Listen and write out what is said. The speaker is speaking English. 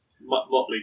motley